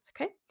okay